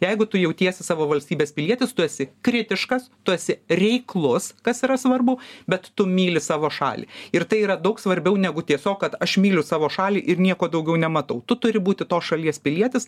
jeigu tu jautiesi savo valstybės pilietis tu esi kritiškas tu esi reiklus kas yra svarbu bet tu myli savo šalį ir tai yra daug svarbiau negu tiesiog kad aš myliu savo šalį ir nieko daugiau nematau tu turi būti tos šalies pilietis